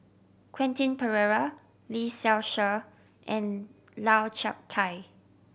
Quentin Pereira Lee Seow Ser and Lau Chiap Khai